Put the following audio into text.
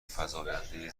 فزاینده